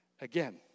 Again